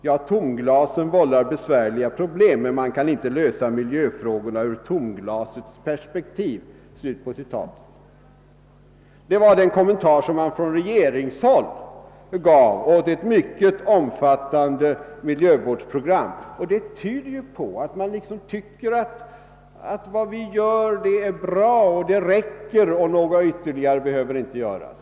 Ja, tomglasen vållar besvärliga problem men man kan inte lösa miljöfrågorna ur tomglasets perspektiv.» Det var den kommentar man från regeringshåll gav åt ett mycket omfattande miljövårdsprogram. Det tyder på att man tycker att vad man själv gör är bra, det räcker och något ytterligare behöver inte göras.